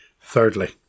Thirdly